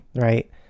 right